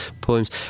poems